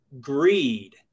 greed